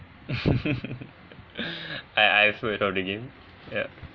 I I've heard of the game yup